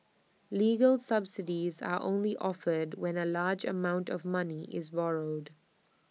legal subsidies are only offered when A large amount of money is borrowed